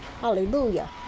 Hallelujah